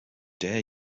dare